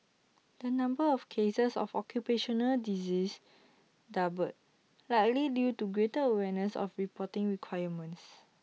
the number of cases of occupational disease doubled likely to due greater awareness of reporting requirements